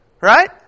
Right